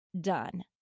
done